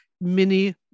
mini